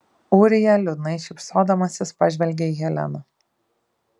ūrija liūdnai šypsodamasis pažvelgė į heleną